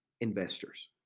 Investors